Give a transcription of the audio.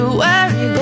worry